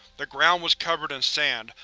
the ground was covered in sand,